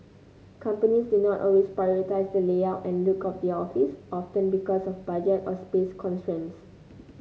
companies do not always prioritise the layout and look of their office often because of budget or space constraints